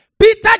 peter